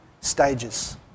stages